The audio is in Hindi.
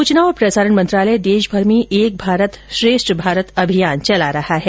सचना और प्रसारण मंत्रालय देशभर में एक भारत श्रेष्ठ भारत अभियान चला रहा है